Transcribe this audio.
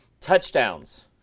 Touchdowns